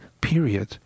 period